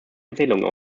empfehlungen